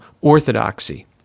orthodoxy